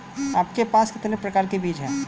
आपके पास कितने प्रकार के बीज हैं?